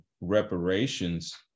reparations